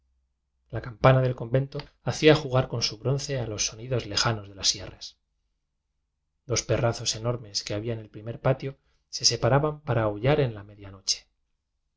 a campana del convento hacía jugar con su bronce a los sonidos lejanos de las sie rras dos perrazos enormes que había en el primer patio se preparaban para aullar en la